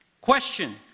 Question